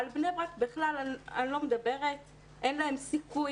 על בני ברק אני בכלל לא מדברת, אין להם סיכוי,